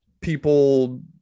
people